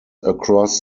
across